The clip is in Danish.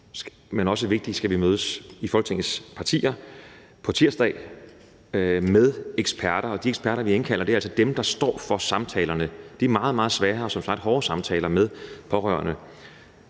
er også vigtigt, at vi i Folketingets partier på tirsdag skal mødes med eksperter, og de eksperter, vi indkalder, er altså dem, der står for samtalerne, nemlig de meget, meget svære og som sagt hårde samtaler med pårørende,